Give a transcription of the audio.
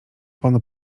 panu